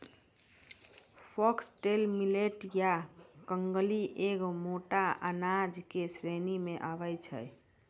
foxtail millet या कंगनी एक मोटो अनाज के श्रेणी मॅ आबै छै